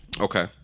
Okay